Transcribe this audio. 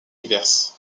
diverses